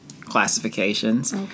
classifications